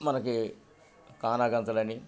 మనకి కానాగంతులని